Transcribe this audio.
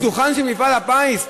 בין קזינו לדוכן של מפעל הפיס.